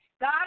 God